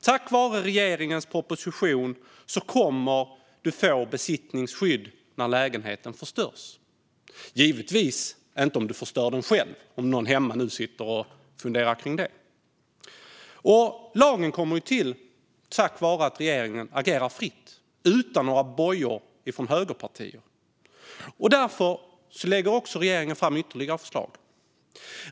Tack vare regeringens proposition kommer du att få besittningsskydd om lägenheten förstörs - givetvis inte om du förstör den själv, om nu någon sitter hemma och funderar på det. Lagen kommer till tack vare att regeringen agerar fritt, utan några bojor från högerpartier. Regeringen lägger därför fram ytterligare förslag.